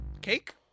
Cake